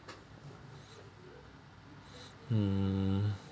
mm